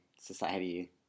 society